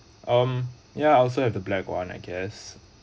um ya I also have the black one I guess